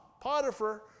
Potiphar